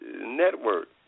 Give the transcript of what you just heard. network